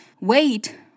wait